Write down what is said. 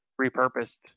repurposed